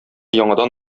яңадан